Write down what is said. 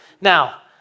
Now